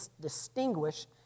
distinguish